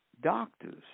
doctors